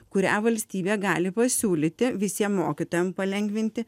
kurią valstybė gali pasiūlyti visiem mokytojam palengvinti